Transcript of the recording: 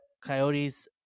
Coyotes